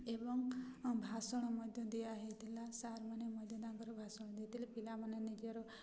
ଏବଂ ଭାଷଣ ମଧ୍ୟ ଦିଆହେଇଥିଲା ସାର୍ମାନେ ମଧ୍ୟ ତାଙ୍କର ଭାଷଣ ଦେଇଥିଲେ ପିଲାମାନେ ନିଜର